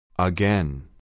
Again